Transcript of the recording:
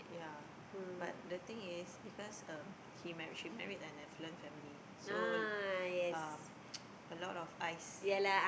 yeah but the thing is because um she married she married an affluent family so um a lot of eyes